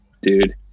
dude